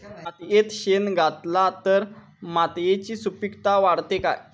मातयेत शेण घातला तर मातयेची सुपीकता वाढते काय?